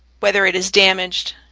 whether it is damaged,